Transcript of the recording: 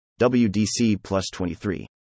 WDC-plus-23